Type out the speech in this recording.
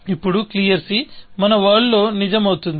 ఇప్పుడు క్లియర్ మన వరల్డ్ లో నిజం అవుతుంది